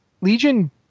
Legion